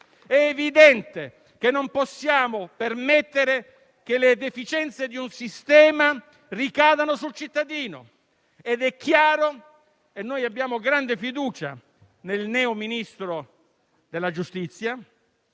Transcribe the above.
e che non possiamo permettere che le deficienze di un sistema ricadano sul cittadino. Abbiamo grande fiducia nel neoministro della giustizia.